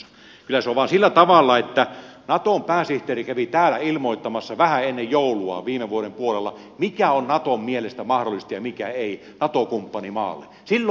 kyllä se on vain sillä tavalla että naton pääsihteeri kävi täällä ilmoittamassa vähän ennen joulua viime vuoden puolella mikä on naton mielestä mahdollista ja mikä ei nato kumppanimaalle